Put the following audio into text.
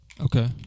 Okay